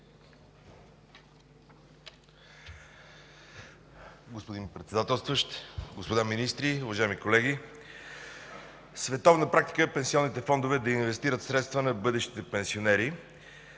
Господин Председателстващ, господа министри, уважаеми колеги! Световна практика е пенсионните фондове да инвестират средства на бъдещите пенсионери.